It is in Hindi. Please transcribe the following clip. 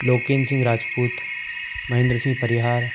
लोकेन्द्र सिंह राजपूत महेंद्र सिंह परिहार